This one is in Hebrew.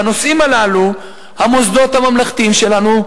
בנושאים הללו המוסדות הממלכתיים שלנו,